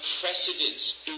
precedence